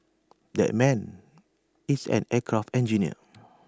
that man is an aircraft engineer